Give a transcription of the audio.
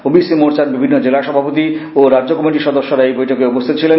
OBC মোর্চার বিভিন্ন জেলা সভাপতি ও রাজ্য কমিটির সদস্যরা এই বৈঠকে উপস্হিত ছিলেন